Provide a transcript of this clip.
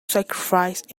sacrificed